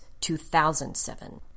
2007